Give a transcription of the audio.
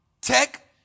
Tech